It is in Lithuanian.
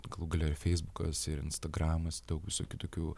galų gale ir feisbukas ir instagramas daug visokių tokių